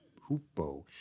hoopoe